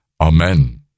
Amen